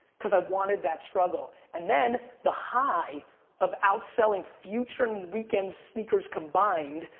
cause i wanted that struggle. and then the high of outselling future and weekend sneakers combined,